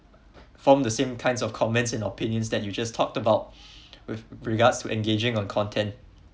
form the same kinds of comments and opinions that you just talked about with regards of engaging on contents